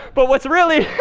but what's really